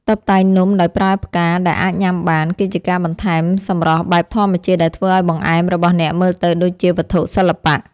តុបតែងនំដោយប្រើផ្កាដែលអាចញ៉ាំបាន គឺជាការបន្ថែមសម្រស់បែបធម្មជាតិដែលធ្វើឱ្យបង្អែមរបស់អ្នកមើលទៅដូចជាវត្ថុសិល្បៈ។